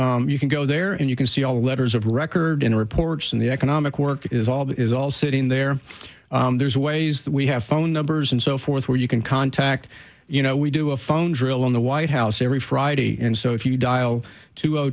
and you can go there and you can see all the letters of record in reports in the economic work is all that is all sitting there there's ways that we have phone numbers and so forth where you can contact you know we do a phone drill on the white house every friday and so if you dial two